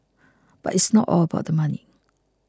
but it's not all about the money